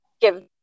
give